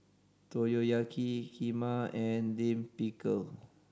Motoyaki Kheema and Lime Pickle